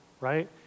right